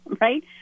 right